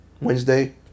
Wednesday